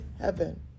heaven